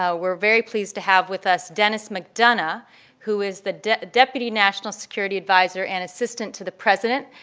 ah we're very pleased to have with us denis mcdonough who is the deputy national security adviser and assistant to the president.